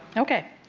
okay.